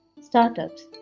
startups